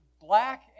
black